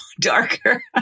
darker